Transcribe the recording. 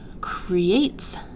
creates